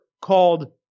Called